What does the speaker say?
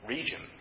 region